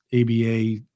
ABA